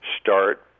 start